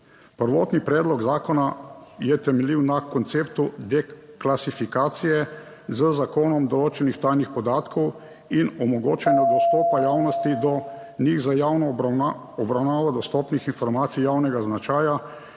Prvotni predlog zakona je temeljil na konceptu deklasifikacije z zakonom določenih tajnih podatkov in omogočanju dostopa javnosti do njih za javno obravnavo dostopnih informacij javnega značaja,